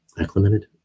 acclimated